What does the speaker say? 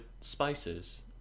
spices